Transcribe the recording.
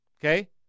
Okay